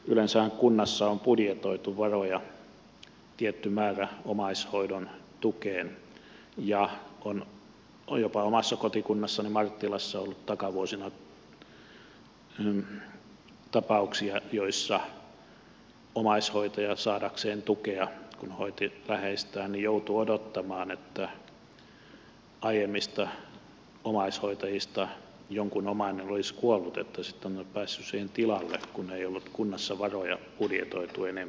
yleensähän kunnassa on budjetoitu varoja tietty määrä omaishoidon tukeen ja omassa kotikunnassani marttilassa on ollut takavuosina jopa sellaisia tapauksia joissa omaishoitaja saadakseen tukea kun hoiti läheistään joutui odottamaan että aiemmista omaishoitajista jonkun omainen olisi kuollut että sitten olisi päässyt siihen tilalle kun ei ollut kunnassa varoja budjetoitu enempää